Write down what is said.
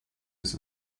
his